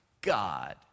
God